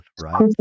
right